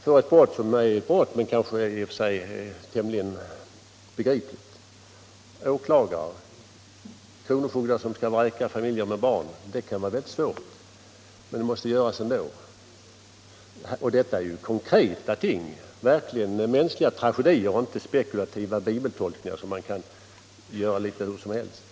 för något som är ett brott men som kanske i och för sig är tämligen begripligt. Det kan också gälla åklagare och det kan gälla kronofogdar som skall vräka familjer med barn. Detta kan vara svårt, men det måste göras ändå. Och det här är ju konkreta ting — det är verkligen mänskliga tragedier och inte spekulativa bibeltolkningar som man kan göra litet hur som helst.